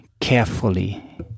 carefully